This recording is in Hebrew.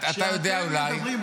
אתה יודע אולי --- כשאתם מדברים,